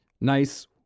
nice